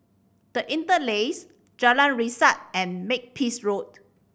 The Interlace Jalan Resak and Makepeace Road